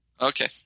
Okay